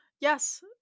Yes